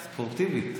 אופטימית.